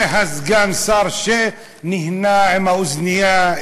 וסגן השר שנהנה עם האוזנייה,